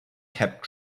kept